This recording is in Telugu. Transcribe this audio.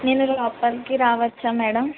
నేను లోపలికి రావచ్చా మేడం